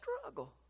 struggle